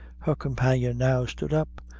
her companion now stood up,